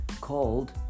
called